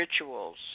rituals